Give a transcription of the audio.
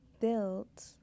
built